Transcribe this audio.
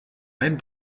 ein